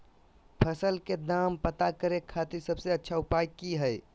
फसल के दाम पता करे खातिर सबसे अच्छा उपाय की हय?